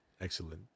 Excellent